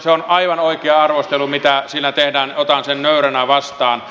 se on aivan oikea arvostelu mitä siinä tehdään ja otan sen nöyränä vastaan